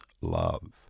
love